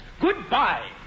Goodbye